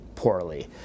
poorly